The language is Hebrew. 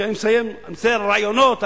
על רעיונות.